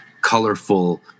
colorful